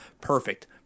Perfect